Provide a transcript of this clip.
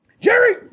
Jerry